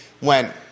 went